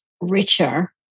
richer